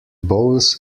bowls